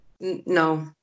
No